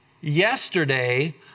Yesterday